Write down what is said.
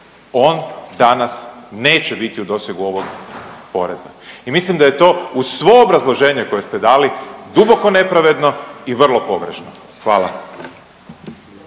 on danas neće biti u dosegu ovog poreza i mislim da je to uz svo obrazloženje koje ste dali duboko nepravedno i vrlo pogrešno. Hvala.